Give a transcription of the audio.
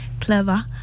clever